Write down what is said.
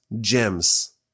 gems